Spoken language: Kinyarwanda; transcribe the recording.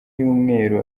y’umweru